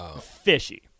fishy